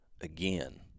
again